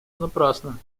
напрасно